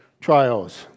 trials